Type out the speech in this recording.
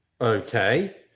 Okay